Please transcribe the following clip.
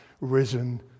risen